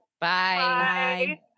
Bye